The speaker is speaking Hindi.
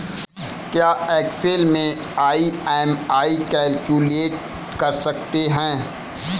क्या एक्सेल में ई.एम.आई कैलक्यूलेट कर सकते हैं?